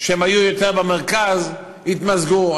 שהיו יותר במרכז התמזגו.